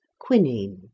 quinine